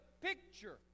picture